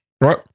right